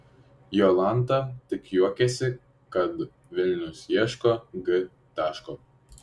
jolanta tik juokiasi kad vilnius ieško g taško